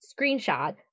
screenshot